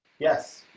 yes,